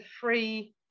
free